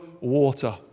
water